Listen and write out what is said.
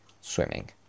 swimming